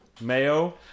Mayo